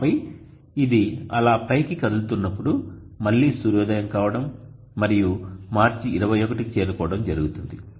ఆపై ఇది అలా పైకి కదులుతున్నప్పుడు మళ్లీ సూర్యోదయం కావడం మరియు మార్చి 21 కి చేరుకోవడం జరుగుతుంది